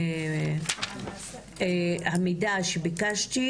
המידע שביקשתי,